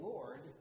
Lord